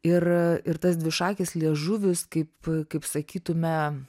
ir ir tas dvišakis liežuvis kaip kaip sakytume